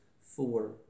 four